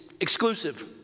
exclusive